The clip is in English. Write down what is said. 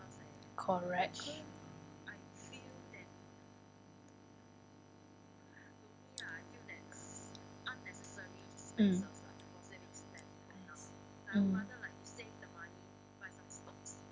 correct mm mm